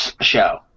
show